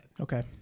Okay